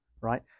right